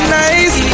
nice